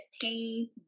pain